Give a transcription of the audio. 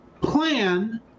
plan